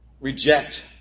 Reject